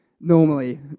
normally